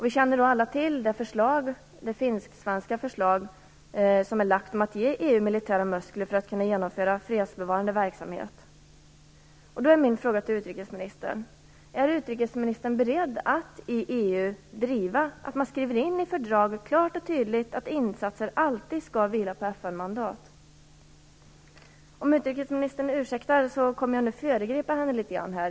Vi känner alla till det finsk-svenska förslag som är framlagt om att EU skall ges militära muskler för att man skall kunna genomföra fredsbevarande verksamhet. Är utrikesministern beredd att i EU driva att man i fördraget klart och tydligt skall skriva in att insatser alltid skall vila på FN-mandat? Om utrikesministern ursäktar kommer jag nu att föregripa henne litet grand.